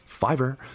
Fiverr